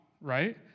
right